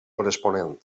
corresponent